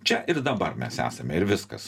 čia ir dabar mes esame ir viskas